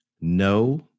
no